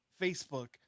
facebook